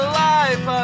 life